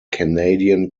canadian